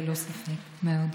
האיכותיים, ללא ספק, מאוד.